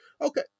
okay